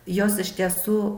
jos iš tiesų